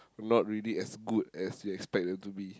not really as good as you expect them to be